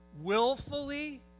Willfully